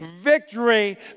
victory